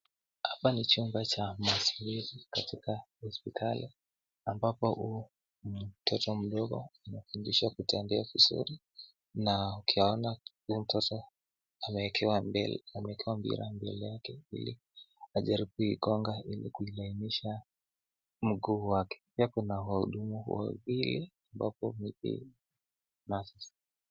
Hapa ni chumba cha mazoezi katika hospitali ambapo mtoto mdogo anafundishwa kutembea vizuri na ukiona huyu mtoto amewekwa mbele yake ili ajaribu kuikonga ili kulainisha mguu wake, pia kuna waudumu wawili ambapo may be .